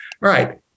right